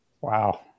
Wow